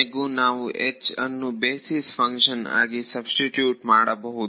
ಕೊನೆಗೂ ನಾವು ಅನ್ನು ಬೇಸಿಸ್ ಫಂಕ್ಷನ್ ಆಗಿ ಸಬ್ಸ್ಟಿಟ್ಯೂಟ್ ಮಾಡಬಹುದು